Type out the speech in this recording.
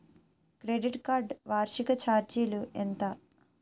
Credit card వార్షిక ఛార్జీలు ఎంత?